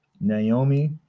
Naomi